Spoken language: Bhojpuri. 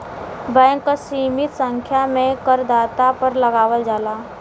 बैंक कर सीमित संख्या में करदाता पर लगावल जाला